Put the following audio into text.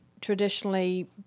traditionally